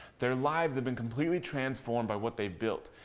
their lives have been completely transformed by what they built.